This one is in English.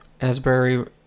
Asbury